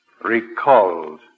Recalled